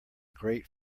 great